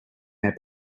their